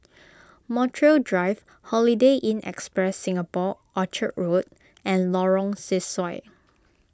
Montreal Drive Holiday Inn Express Singapore Orchard Road and Lorong Sesuai